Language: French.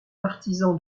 partisan